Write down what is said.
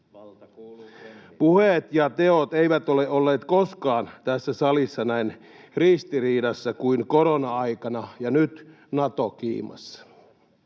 Puheet ja teot eivät ole olleet koskaan tässä salissa näin ristiriidassa kuin korona-aikana ja nyt Nato-kiimassa.